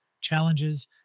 challenges